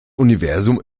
universum